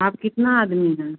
आप कितना आदमी हैं